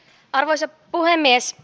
arvoisa puhemies